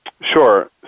Sure